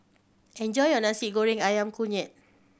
enjoy your Nasi Goreng Ayam Kunyit